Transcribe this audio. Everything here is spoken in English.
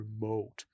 remote